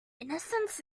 innocent